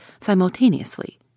simultaneously